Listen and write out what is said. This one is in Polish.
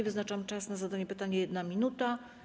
Wyznaczam czas na zadanie pytania - 1 minuta.